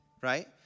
right